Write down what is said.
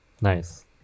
nice